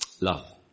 love